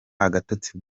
agatotsi